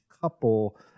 couple